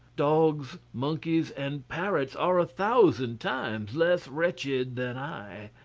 dogs, monkeys, and parrots are a thousand times less wretched than i.